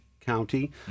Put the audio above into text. County